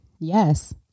yes